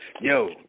Yo